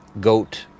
goat